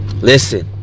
listen